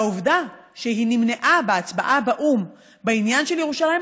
והעובדה שהיא נמנעה בהצבעה באו"ם בעניין של ירושלים,